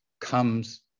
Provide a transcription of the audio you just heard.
comes